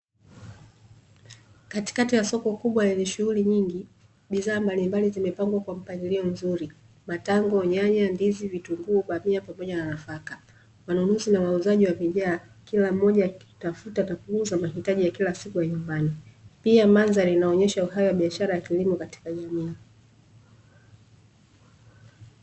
Katikati ya soko kubwa lenye shughuli nyingi, bidhaa mbalimbali zimepangwa kwa mpangilio mzuri; matango, nyanya, ndizi, vitunguu, bamia, pamoja na nafaka. Wanunuzi na wauzaji wamejaa, kila mmoja akitafuta na kuuza mahitaji ya kila siku ya nyumbani. Pia mandhari inaonyesha uhai wa biashara ya kilimo katika jamii.